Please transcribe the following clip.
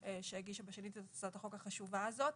שהגישה בשנית את הצעת החוק החשובה הזאת.